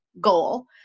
goal